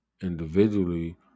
Individually